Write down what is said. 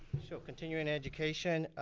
so, continuing education.